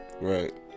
Right